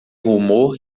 humor